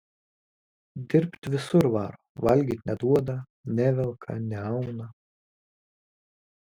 dirbt visur varo valgyt neduoda nevelka neauna